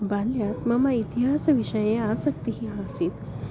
बाल्यात् मम इतिहासविषये आसक्तिः आसीत्